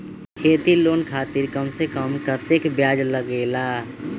खेती लोन खातीर कम से कम कतेक ब्याज लगेला?